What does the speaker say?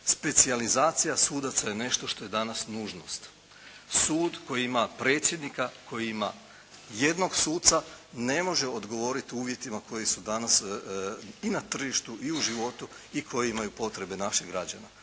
Specijalizacija sudaca je nešto što je danas nužnost. Sud koji ima predsjednika, koji ima jednog suca ne može odgovoriti uvjetima koji su danas i na tržištu i u životu i koji imaju potrebe naših građana.